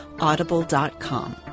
Audible.com